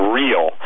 real